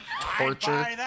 torture